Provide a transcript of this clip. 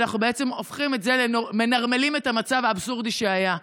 ואנחנו בעצם מנרמלים את המצב האבסורדי שהיה.